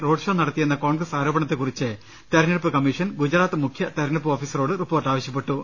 roadshow നടത്തിയെന്ന കോൺഗ്രസ് ആരോപണത്തെകുറിച്ച് തെരഞ്ഞെടുപ്പ് കമ്മീഷൻ ഗുജറാത്ത് മുഖ്യ തെരഞ്ഞെടുപ്പ് ഓഫീസറോട് റിപ്പോർട്ട് ആവശ്യപ്പെ ട്ടു